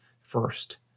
first